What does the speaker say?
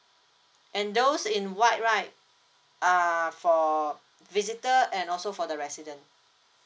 and those in white right are for visitor and also for the resident